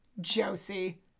Josie